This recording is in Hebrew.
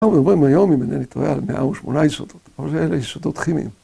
אנחנו עוברים היום, אם אינני טועה, ע למאה ושמונה יסודות. כל אלה יסודות כימיים.